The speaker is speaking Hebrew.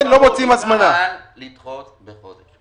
נוכל לדחות בחודש.